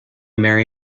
marry